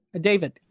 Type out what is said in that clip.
David